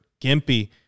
Gimpy